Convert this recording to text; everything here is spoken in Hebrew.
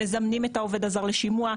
מזמנים את העובד הזר לשימוע.